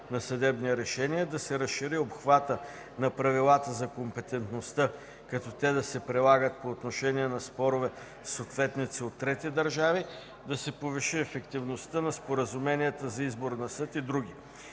на съдебни решения, да се разшири обхватът на правилата за компетентността като те да се прилагат по отношение на спорове с ответници от трети държави, да се повиши ефективността на споразуменията за избор на съд и други.